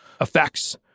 effects